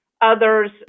Others